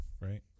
Right